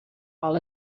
all